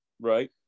right